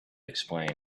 explain